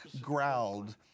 growled